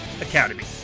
academy